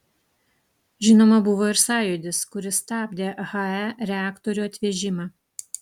žinoma buvo ir sąjūdis kuris stabdė hae reaktorių atvežimą